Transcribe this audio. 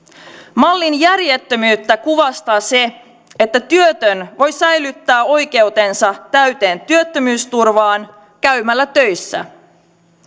mallin järjettömyyttä kuvastaa se että työtön voi säilyttää oikeutensa täyteen työttömyysturvaan käymällä töissä